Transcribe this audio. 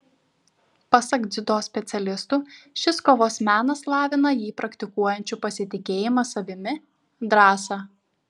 pasak dziudo specialistų šis kovos menas lavina jį praktikuojančių pasitikėjimą savimi drąsą